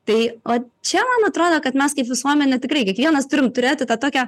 tai o čia man atrodo kad mes kaip visuomenė tikrai kiekvienas turim turėti tą tokią